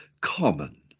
common